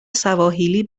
سواحیلی